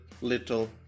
little